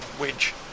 wedge